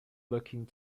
looking